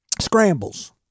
scrambles